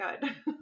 good